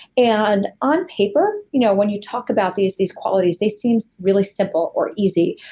and on paper you know when you talk about these these qualities, they seem really simple or easy,